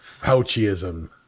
Fauciism